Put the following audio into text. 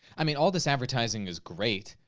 i mean, all this advertising is great,